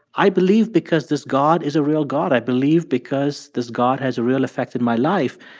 i believe because this god is a real god. i believe because this god has a real effect in my life,